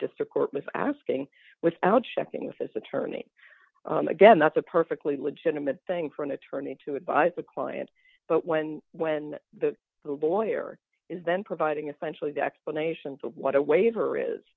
district court was asking without checking with his attorney again that's a perfectly legitimate thing for an attorney to advise the client but when when the boy or is then providing essentially the explanation of what a waiver is